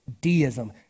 Deism